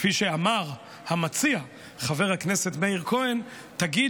כפי שאמר המציע חבר הכנסת מאיר כהן: תגיד